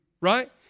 right